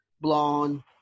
blonde